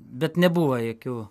bet nebuva jokių